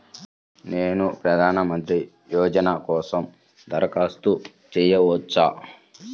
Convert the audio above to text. నేను ప్రధాన మంత్రి యోజన కోసం దరఖాస్తు చేయవచ్చా?